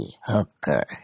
Hooker